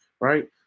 Right